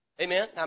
Amen